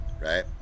Right